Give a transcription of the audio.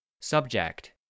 Subject